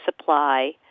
supply